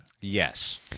Yes